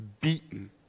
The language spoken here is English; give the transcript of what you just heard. beaten